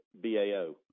BAO